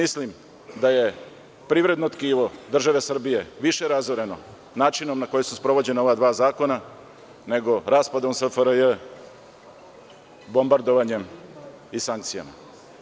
Mislim da je privredno tkivo države Srbije više razoreno načinom na koji su sprovođena ova dva zakona nego raspadom SFRJ, bombardovanjem i sankcijama.